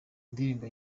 indirimbo